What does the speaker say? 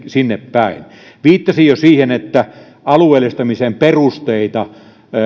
sinnepäin viittasin jo siihen että alueellistamisen perusteita